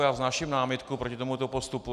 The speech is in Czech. Já vznáším námitku proti tomuto postupu.